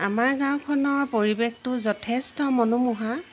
আমাৰ গাঁওখনৰ পৰিৱেশটো যথেষ্ট মনোমোহা